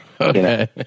Okay